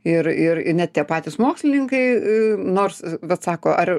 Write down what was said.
ir ir net tie patys mokslininkai a nors vat sako ar